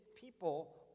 people